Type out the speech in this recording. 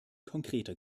konkreter